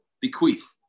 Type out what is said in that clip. bequeath